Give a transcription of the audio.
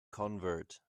convert